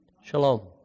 Shalom